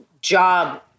job